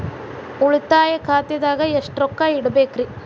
ಉಳಿತಾಯ ಖಾತೆದಾಗ ಎಷ್ಟ ರೊಕ್ಕ ಇಡಬೇಕ್ರಿ?